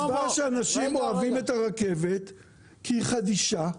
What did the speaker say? העובדה היא שאנשים אוהבים את הרכבת כי היא חדישה,